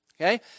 Okay